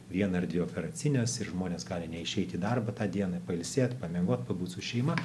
vieną ar dvi operacines ir žmonės gali neišeit į darbą tą dieną pailsėt pamiegot pabūt su šeima